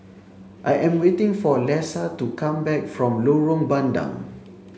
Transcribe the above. I am waiting for Lesa to come back from Lorong Bandang